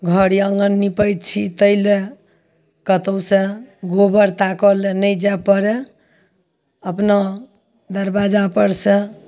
घर आँगन निपय छी तै लए कतहुसँ गोबर ताकऽ लए नहि जाय पड़य अपना दरबाजापर सँ